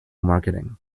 marketing